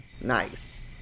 nice